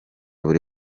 buri